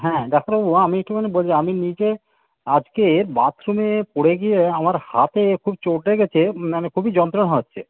হ্যাঁ ডাক্তারবাবু আমি একটুখানি বলি আমি নিজে আজকে বাথরুমে পড়ে গিয়ে আমার হাতে খুব চোট লেগেছে মানে খুবই যন্ত্রণা হচ্ছে